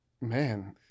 man